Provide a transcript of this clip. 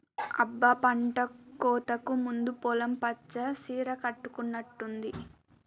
అబ్బ పంటకోతకు ముందు పొలం పచ్చ సీర కట్టుకున్నట్టుంది